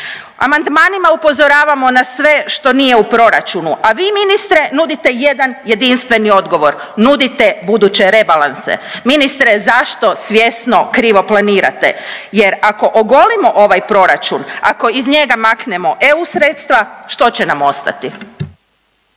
Amandmanima upozoravamo na sve što nije u proračunu, a vi ministre nudite jedan jedinstveni odgovor, nudite buduće rebalanse, ministre zašto svjesno krivo planirate jer ako ogolimo ovaj proračun, ako iz njega maknemo eu sredstva što će nam ostati?